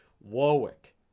Warwick